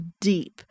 deep